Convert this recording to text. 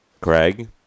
Craig